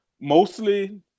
mostly